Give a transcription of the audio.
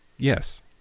yes